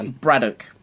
Braddock